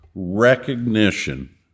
Recognition